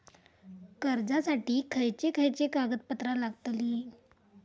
कर्जासाठी खयचे खयचे कागदपत्रा लागतली?